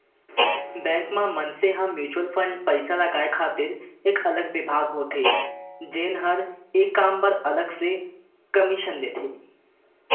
bank म मनसे ह म्युचुअल फंड पइसा लगाय खातिर एक अलगे बिभाग होथे जेन हर ए काम बर अलग से कमीसन लेथे